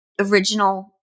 original